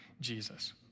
Jesus